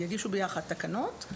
יגישו ביחד תקנות,